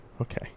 Okay